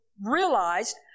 realized